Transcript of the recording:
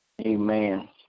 Amen